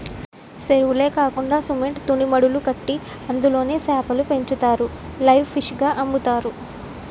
సెరువులే కాకండా సిమెంట్ తూనీమడులు కట్టి అందులో సేపలు పెంచుతారు లైవ్ ఫిష్ గ అమ్ముతారు